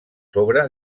sobre